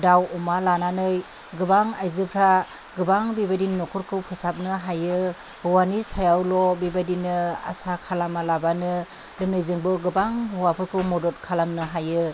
दाउ अमा लानानै गोबां आयजोफ्रा गोबां बेबायदिनो न'खरखौ फोसाबनो हायो हौवानि सायावल' बेबायदिनो आसा खालामालाबानो दिनै जोंबो गोबां हौवाफोरखौ मदद खालामनो हायो